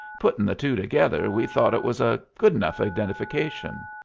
puttin' the two together we thought it was a good enough identification.